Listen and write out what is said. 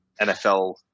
NFL